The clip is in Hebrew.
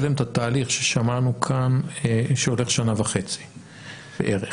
להם את התהליך ששמענו כאן שאורך שנה וחצי בערך.